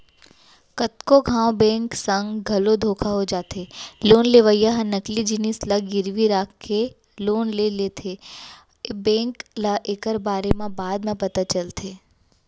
कतको घांव बेंक संग घलो धोखा हो जाथे लोन लेवइया ह नकली जिनिस ल गिरवी राखके लोन ले लेथेए बेंक ल एकर बारे म बाद म पता चलथे